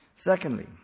Secondly